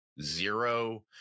Zero